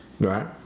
right